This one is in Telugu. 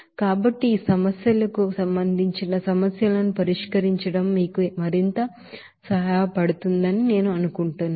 కాబట్టి ఈ సమస్యలకు సంబంధించిన సమస్యలను పరిష్కరించడం మీకు మరింత సహాయపడుతుందని నేను అనుకుంటున్నాను